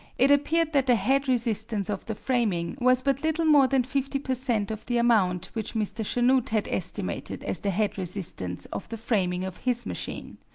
it appeared that the head resistance of the framing was but little more than fifty per cent. of the amount which mr. chanute had estimated as the head resistance of the framing of his machine.